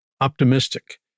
optimistic